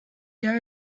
there